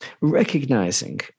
recognizing